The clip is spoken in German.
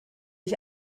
ich